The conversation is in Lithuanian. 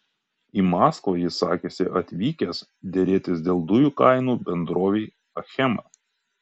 į maskvą jis sakėsi atvykęs derėtis dėl dujų kainų bendrovei achema